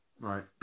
Right